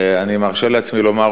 אני מרשה לעצמי לומר,